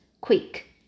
quick